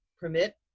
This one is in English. permit